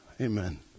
Amen